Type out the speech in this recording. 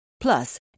Plus